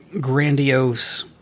grandiose